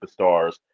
superstars